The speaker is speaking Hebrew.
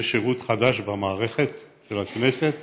זה שירות חדש במערכת של הכנסת